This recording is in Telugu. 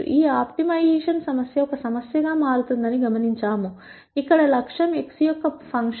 ఈ ఆప్టిమైజేషన్ సమస్య ఒక సమస్య గా మారుతుందని గమనించాము ఇక్కడ లక్ష్యం x యొక్క ఫంక్షన్